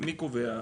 מי קובע?